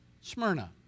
Smyrna